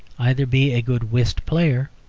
either be a good whist-player,